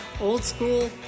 old-school